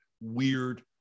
weird